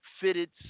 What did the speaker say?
fitted